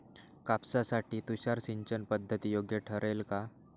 कापसासाठी तुषार सिंचनपद्धती योग्य ठरेल का?